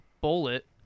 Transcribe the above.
bullet